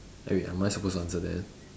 eh wait am I supposed to answer that